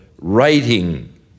writing